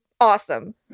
awesome